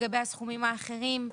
לגבי הסכומים האחרים,